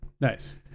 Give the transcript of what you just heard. Nice